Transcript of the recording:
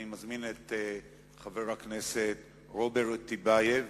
אני מזמין את חבר הכנסת רוברט טיבייב